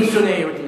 מי שונא יהודים?